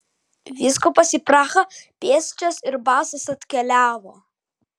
vyskupas į prahą pėsčias ir basas atkeliavo